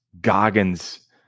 Goggins